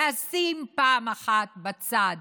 לשים פעם אחת בצד